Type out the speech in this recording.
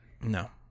no